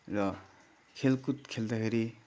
र खेलकुद खेल्दाखेरि